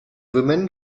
woman